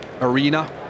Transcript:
arena